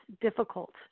difficult